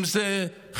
אם זה חרדים,